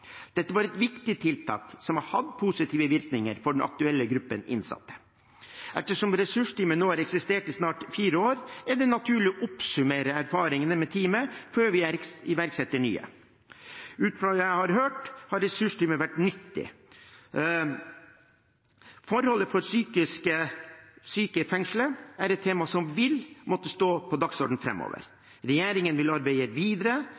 Dette var et viktig tiltak, som har hatt positive virkninger for den aktuelle gruppen innsatte. Ettersom ressursteamet nå har eksistert i snart fire år, er det naturlig å oppsummere erfaringene med teamet før vi iverksetter nye tiltak. Ut fra det jeg har hørt, har ressursteamet vært nyttig. Forholdene for psykisk syke i fengsel er et tema som vil måtte stå på dagsordenen framover. Regjeringen vil arbeide videre